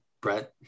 Brett